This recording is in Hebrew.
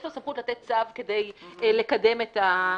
יש לו סמכות לתת צו כדי לקדם את העניין.